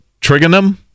trigonum